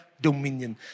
dominion